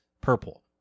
purple